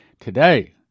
today